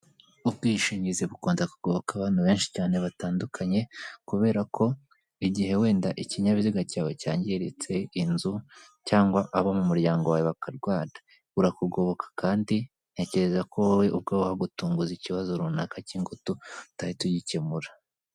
Ubwishingizi bukunda kugoboka abantu benshi cyane batandukanye, kubera ko igihe wenda ikinyabiziga cyawe cyangiritse, inzu, cyangwa abo mu muryango wawe bakarwara, burakugoboka kandi ntekereza ko wowe uwagutunguza ikibazo runaka cy'ingutu utahita ugikemura.